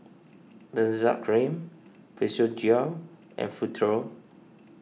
Benzac Cream Physiogel and Futuro